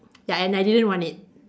ya and I didn't want it